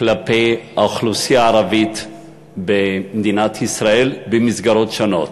כלפי האוכלוסייה הערבית במדינת ישראל במסגרות שונות.